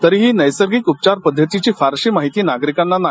तरीही नैसर्गिक उपचार पद्धतीची माहीती नागरिकांना नाही